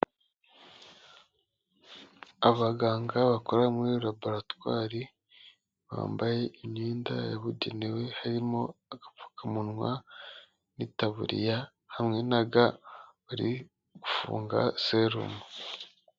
Abaganga bakora muri laboratwari, bambaye imyenda yabugenewe, harimo agapfukamunwa n'itaburiya hamwe na ga, bari gufunga serumu.